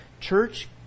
church